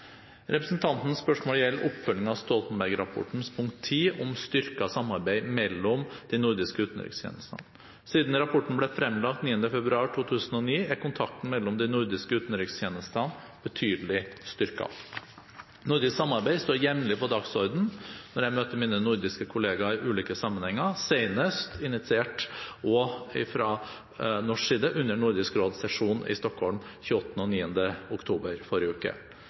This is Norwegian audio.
Representantens spørsmål gjelder oppfølgingen av Stoltenberg-rapportens punkt 10 om styrket samarbeid mellom de nordiske utenrikstjenestene. Siden rapporten ble fremlagt 9. februar 2009, er kontakten mellom de nordiske utenrikstjenestene betydelig styrket. Nordisk samarbeid står jevnlig på dagsordenen når jeg møter mine nordiske kollegaer i ulike sammenhenger, senest initiert også fra norsk side under Nordisk råds sesjon i Stockholm, 28. og 29. oktober, i forrige uke.